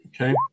Okay